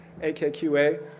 AKQA